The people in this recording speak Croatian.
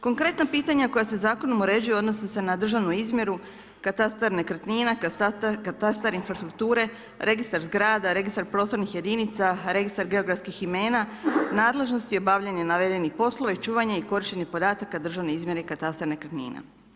Konkretna pitanja koja se zakonom uređuju odnosi se na državni izmjeri, katastar nekretnina, katastra infrastrukture, registar zgrada, registar prostornih jedinica, registar geografskih imena, nadležnost i obavljanje navedenih poslova i čuvanje i korištenje podataka državne izmjere i katastar nekretnina.